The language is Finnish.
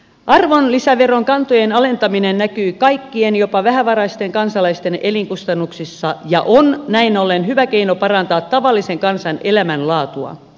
arvonlisäverokantojen alentaminen näkyy kaikkien jopa vähävaraisten kansalaisten elinkustannuksissa ja on näin ollen hyvä keino parantaa tavallisen kansan elämänlaatua